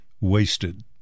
wasted